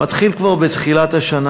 מתחיל כבר בתחילת השנה.